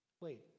Wait